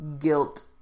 guilt